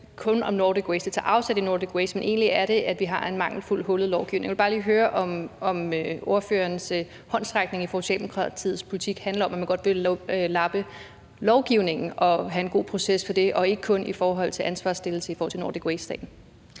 kun om Nordic Waste. Det tager afsæt i Nordic Waste, men egentlig drejer det sig om, at vi har en mangelfuld og hullet lovgivning. Jeg vil bare lige høre om ordførerens håndsrækning med Socialdemokratiets politik handler om, at man godt vil lappe på lovgivningen og have en god proces i det, og ikke kun om at placere et ansvar i Nordic Waste-sagen.